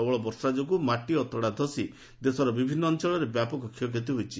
ପ୍ରବଳ ବର୍ଷା ଯୋଗୁଁ ମାଟି ଅତଡ଼ା ଧଷି ଦେଶର ବିଭିନ୍ନ ଅଞ୍ଚଳରେ ବ୍ୟାପକ କ୍ଷୟକ୍ଷତି ହୋଇଛି